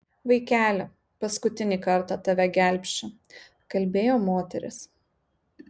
vaikeli paskutinį kartą tave gelbsčiu kalbėjo moteris